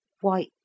white